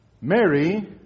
Mary